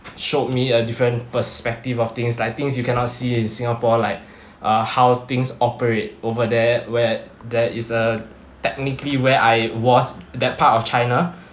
showed me a different perspective of things like things you cannot see in singapore like uh how things operate over there where there is a technically where I was that part of china